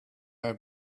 have